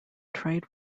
trade